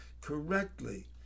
correctly